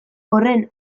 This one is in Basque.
horren